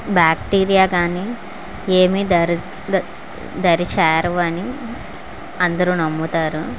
bacteria కానీ ఏమీ దరి చ ద దరి చేరవని అని అందరూ నమ్ముతారు